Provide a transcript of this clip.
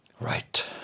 Right